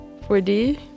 4D